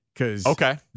Okay